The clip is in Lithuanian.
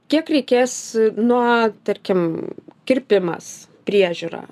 kiek reikės nuo tarkim kirpimas priežiūra